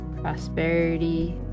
prosperity